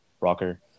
rocker